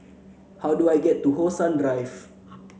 how do I get to How Sun Drive